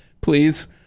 please